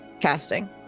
casting